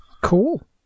Cool